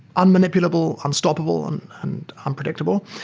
unmanipulable, unstoppable and and unpredictable.